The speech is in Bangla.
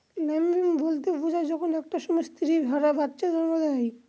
ল্যাম্বিং বলতে বোঝায় যখন একটা সময় স্ত্রী ভেড়া বাচ্চা জন্ম দেয়